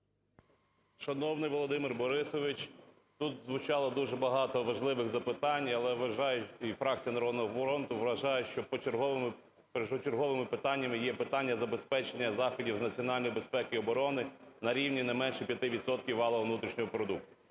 Шановний Володимир Борисович, тут звучало дуже багато важливих запитань, але вважаю і фракція "Народного фронту" вважає, що першочерговими питаннями є питання забезпечення заходів з національної безпеки і оборони на рівні не менше 5 відсотків валового внутрішнього продукту.